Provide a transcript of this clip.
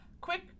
Quick